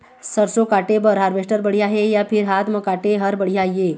सरसों काटे बर हारवेस्टर बढ़िया हे या फिर हाथ म काटे हर बढ़िया ये?